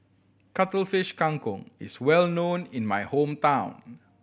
Cuttlefish Kang Kong is well known in my hometown